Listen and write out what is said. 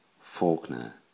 Faulkner